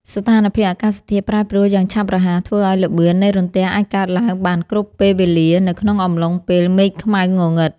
ស្ថានភាពអាកាសធាតុប្រែប្រួលយ៉ាងឆាប់រហ័សធ្វើឱ្យល្បឿននៃរន្ទះអាចកើតឡើងបានគ្រប់ពេលវេលានៅក្នុងអំឡុងពេលមេឃខ្មៅងងឹត។